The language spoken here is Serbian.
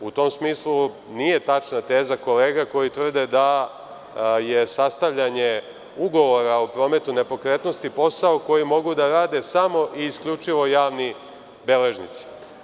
U tom smislu nije tačna teza kolega koji tvrde da je sastavljanje ugovora o prometu nepokretnosti posao koji mogu da rade samo i isključivo javni beležnici.